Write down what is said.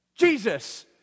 Jesus